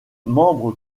membre